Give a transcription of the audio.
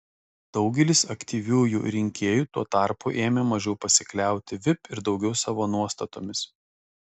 daugelis aktyviųjų rinkėjų tuo tarpu ėmė mažiau pasikliauti vip ir daugiau savo nuostatomis